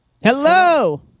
hello